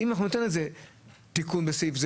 נעשה תיקונים לחוק,